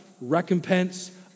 recompense